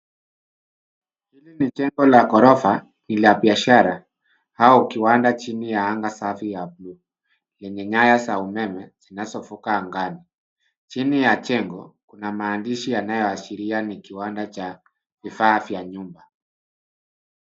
Hili ni jengo la ghorofa, ni la biashara, au kiwanda chini ya anga safi ya bluu. Yenye nyaya za umeme, zinazo vuka angani. Chini ya jengo, kuna maandishi yanayoashiria ni kiwanda cha vifaa vya nyumba.